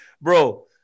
bro